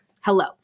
hello